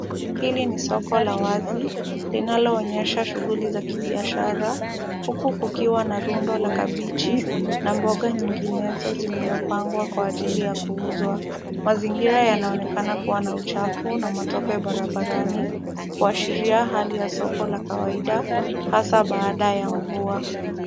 Hili ni soko la wazi, linalo onyesha shughuli za kibiashara, huku kukiwa na rundo la kabichi na mboga nyinginezo zilizopangwa kwa ajili ya kuuzwa. Mazingira yanaonekana kuwa na uchafu na matope barabarani, kuwashiria hali ya soko la kawaida, hasa baada ya mvua.